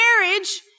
marriage